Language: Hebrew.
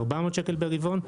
400 שקל ברבעון,